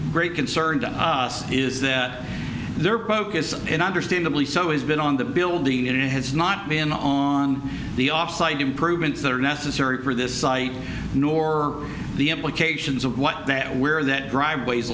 great concern to us is that they're bogus and understandably so it's been on the building it has not been on the off site improvements that are necessary for this site nor the implications of what that where that driveways